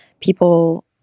people